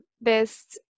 best